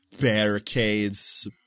barricades